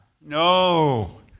No